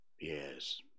Yes